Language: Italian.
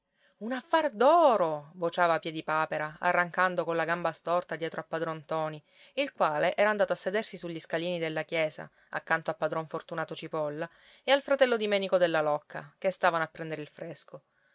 un affar d'oro vociava piedipapera arrancando colla gamba storta dietro a padron ntoni il quale era andato a sedersi sugli scalini della chiesa accanto a padron fortunato cipolla e al fratello di menico della locca che stavano a prendere il fresco